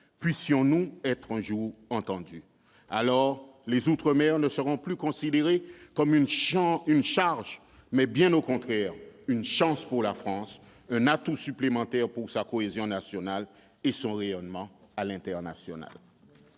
Puissions-nous être un jour entendus. Alors les outre-mer ne seront plus considérés comme une charge, mais bien au contraire comme une chance pour la France, un atout supplémentaire pour sa cohésion nationale et son rayonnement international